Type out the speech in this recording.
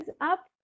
up